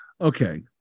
Okay